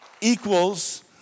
equals